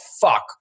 fuck